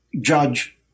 judge